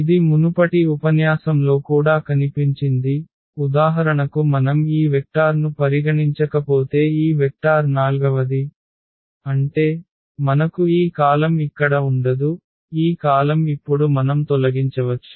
ఇది మునుపటి ఉపన్యాసంలో కూడా కనిపించింది ఉదాహరణకు మనం ఈ వెక్టార్ను పరిగణించకపోతే ఈ వెక్టార్ నాల్గవది అంటే మనకు ఈ కాలమ్ ఇక్కడ ఉండదు ఈ కాలమ్ ఇప్పుడు మనం తొలగించవచ్చు